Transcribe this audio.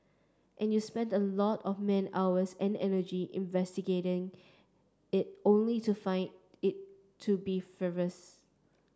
and you spend a lot of man hours and energy investigating it only to find it to be frivolous